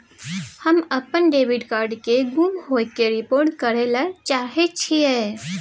हम अपन debit card के गुम होय के रिपोर्ट करय ले चाहय छियै